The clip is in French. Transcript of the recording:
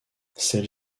celle